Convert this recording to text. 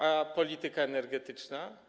A polityka energetyczna?